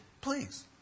Please